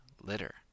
litter